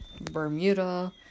Bermuda